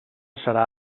serà